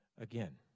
again